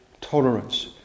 tolerance